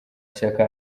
shyaka